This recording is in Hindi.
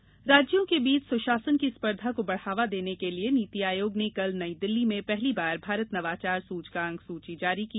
नीति आयोग राज्यों के बीच सुशासन की स्पर्धा को बढ़ावा देने के लिए नीति आयोग ने कल नई दिल्ली में पहली बार भारत नवाचार सूचकांक सूची जारी की